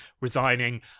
resigning